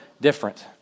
different